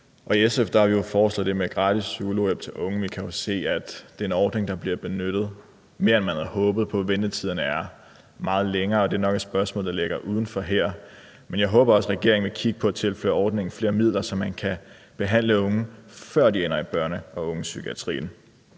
I SF har vi foreslået det med gratis psykologhjælp til unge, men vi kan jo se, at det er en ordning, der bliver benyttet mere, end man havde håbet på, for ventetiderne er meget længere. Det er nok et spørgsmål, der ligger uden for her, men jeg håber, at regeringen vil kigge på at tilføre ordningen flere midler, så man kan behandle unge, før de ender i børne- og ungdomspsykiatrien.